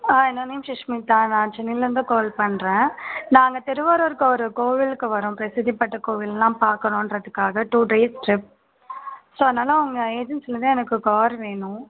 ஆ என்னோடய நேம் சுஷ்மிதா நான் சென்னையிலேருந்து கால் பண்ணுறேன் நாங்கள் திருவாரூர்க்கு ஒரு கோவிலுக்கு வரோம் பிரசித்திப்பெட்ட கோவிலெல்லாம் பார்க்கணுன்றதுக்காக டூ டேஸ் ட்ரிப் ஸோ அதனால் உங்கள் ஏஜென்சிலேருந்து எனக்கு கார் வேணும்